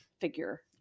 figure